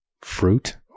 fruit